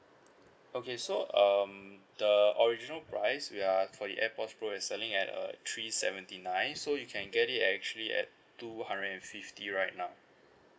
okay so um the original price we are for the airpods pro is selling at uh three seventy nine so you can get it actually at two hundred and fifty right now